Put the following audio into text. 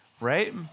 right